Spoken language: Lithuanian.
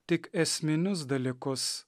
tik esminius dalykus